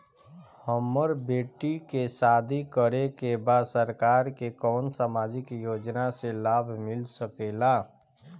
हमर बेटी के शादी करे के बा सरकार के कवन सामाजिक योजना से लाभ मिल सके ला?